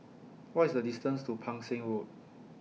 What IS The distance to Pang Seng Road